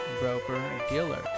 broker-dealer